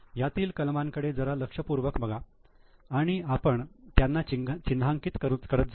यातील कलमांकडे जरा लक्षपूर्वक बघा आणि आपण त्यांना चिन्हांकित करत जाऊ